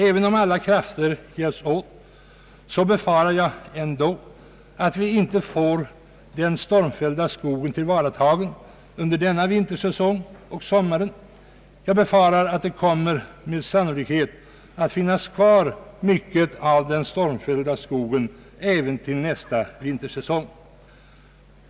Även om alla krafter hjälps åt, så befarar jag att vi inte får den stormfällda skogen tillvaratagen under denna vintersäsong och inte heller under sommaren utan att det kommer att finnas kvar mycket av den stormfällda skogen även till nästa vintersäsong.